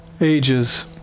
ages